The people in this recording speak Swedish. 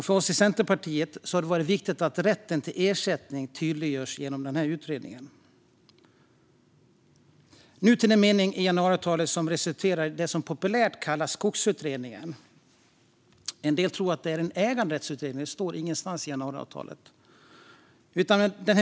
För oss i Centerpartiet har det varit viktigt att rätten till ersättning tydliggörs genom utredningen. Jag ska ta upp den mening i januariavtalet som resulterade i det som populärt kallas Skogsutredningen - en del tror att det är en äganderättsutredning, men det står ingenstans i januariavtalet.